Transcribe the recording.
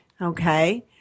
Okay